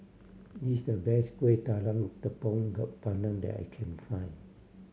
this the best Kueh Talam Tepong pandan that I can find